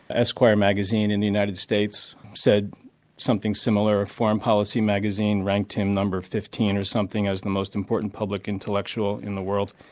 esquire magazine in the united states said something similar, foreign policy magazine ranked him number fifteen or something as the most important public intellectual in the world,